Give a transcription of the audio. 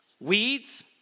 Weeds